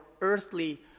earthly